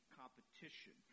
competition